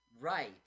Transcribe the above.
Right